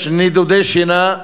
יש נדודי שינה,